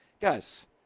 guys